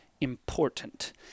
important